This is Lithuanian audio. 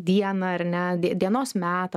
dieną ar ne dienos metą